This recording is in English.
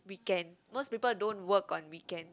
weekend most people don't work on weekends